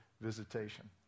visitation